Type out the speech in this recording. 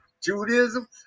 Judaism